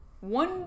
one